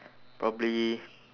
probably